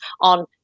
on